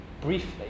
briefly